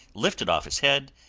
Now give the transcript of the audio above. lifted off his head,